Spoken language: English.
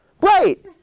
Right